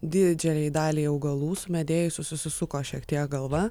didžiajai daliai augalų sumedėjusių susisuko šiek tiek galva